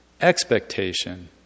expectation